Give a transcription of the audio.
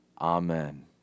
Amen